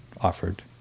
offered